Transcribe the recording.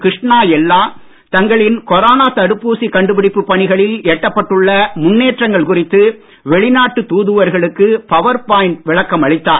கிருஷ்ணா எல்லா தங்களின் கொரோனா தடுப்பூசி கண்டுபிடிப்பு பணிகளில் எட்டப்பட்டுள்ள முன்னேற்றங்கள் குறித்து வெளிநாட்டு தூதர்களுக்கு பவர் பாய்ன்ட் விளக்கம் அளித்தார்